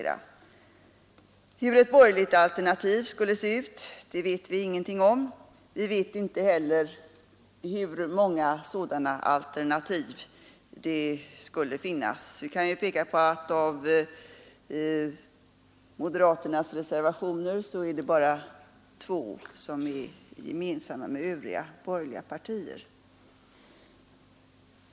Hur ett borgerligt alternativ skulle se ut vet vi ingenting om. Vi vet inte heller hur många sådana alternativ det skulle finnas. Av moderaternas sju reservationer finns det bara två som är gemensamma med övriga borgerliga partiers.